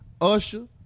Usher